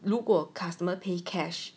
如果 customer pay cash